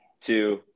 two